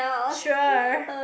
sure